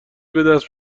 بدست